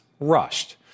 rushed